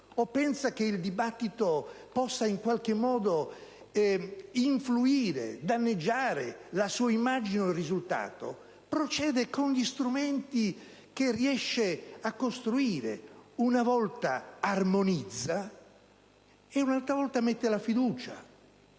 o pensa che il dibattito possa in qualche modo influire e danneggiare la sua immagine o il risultato, procede con gli strumenti che riesce a costruire: una volta armonizza e, un'altra volta, mette la fiducia.